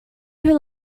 who